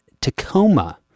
Tacoma